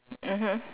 mmhmm